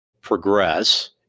Progress